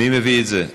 מי מביא את זה?